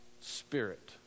spirit